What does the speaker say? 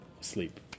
sleep